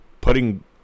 putting